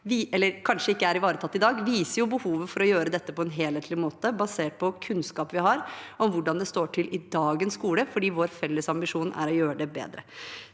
reformen kanskje ikke er ivaretatt i dag, viser behovet for å gjøre dette på en helthetlig måte basert på kunnskap vi har om hvordan det står til i dagens skole. Vår felles ambisjon er jo å gjøre det bedre.